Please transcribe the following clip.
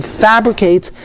fabricate